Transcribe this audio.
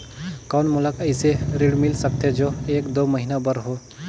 कौन मोला अइसे ऋण मिल सकथे जो एक दो महीना बर हो?